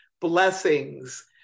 blessings